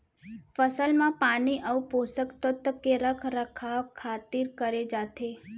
फसल म पानी अउ पोसक तत्व के रख रखाव खातिर करे जाथे